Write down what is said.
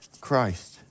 Christ